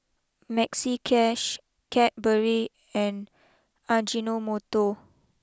Maxi Cash Cadbury and Ajinomoto